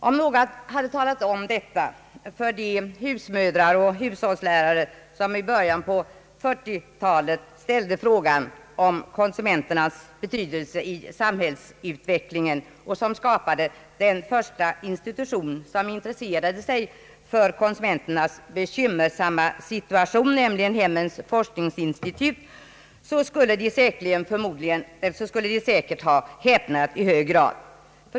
Om någon hade talat om detta för de husmödrar och hushållslärare, som i början på 40-talet ställde frågan om konsumenternas betydelse i samhällsutvecklingen och skapade den första institution som intresserade sig för deras bekymmersamma situation, nämligen Hemmens forskningsinstitut, så skulle de säkert ha häpnat i hög grad.